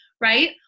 right